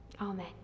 Amen